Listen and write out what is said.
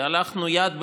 הלכנו יד ביד,